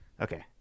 Okay